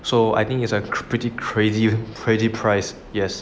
so I think it's a pretty crazy crazy price yes